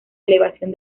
elevación